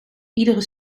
iedere